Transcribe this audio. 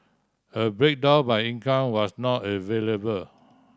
a breakdown by income was not available